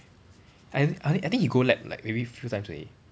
I think I think I think he go lab like maybe few times only